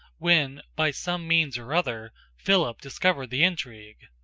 when, by some means or other, philip discovered the intrigue.